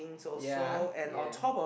yea yea